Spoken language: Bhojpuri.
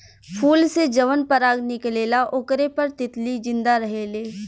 फूल से जवन पराग निकलेला ओकरे पर तितली जिंदा रहेले